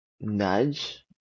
nudge